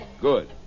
good